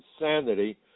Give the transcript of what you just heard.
insanity